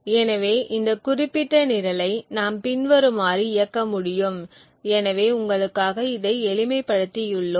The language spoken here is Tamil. எனவே இந்த குறிப்பிட்ட நிரலை நாம் பின்வருமாறு இயக்க முடியும் எனவே உங்களுக்காக இதை எளிமைப்படுத்தியுள்ளோம்